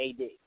AD